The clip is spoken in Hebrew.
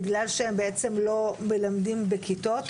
בגלל שהם בעצם לא מלמדים בכיתות?